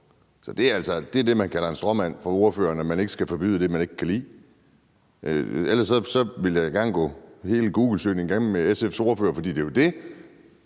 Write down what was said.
Så det er det, man kalder en stråmand fra ordføreren: at man ikke skal forbyde det, man ikke kan lide. Ellers vil jeg gerne gå hele googlesøgningen igennem med SF's ordfører, for det, som